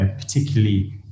particularly